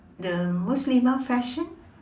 the muslimah fashion